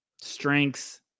strengths